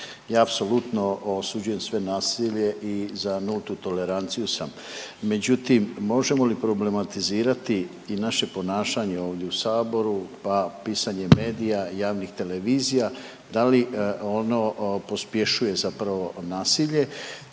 i apsolutno osuđujem sve nasilje i za nultu toleranciju sam, međutim možemo li problematizirati i naše ponašanje ovdje u saboru pa pisanje medija i javnih televizija da li ono pospješuje zapravo nasilje